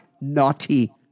naughty